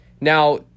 now